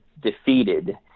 defeated